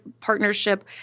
partnership